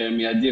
במידי,